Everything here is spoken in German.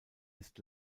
ist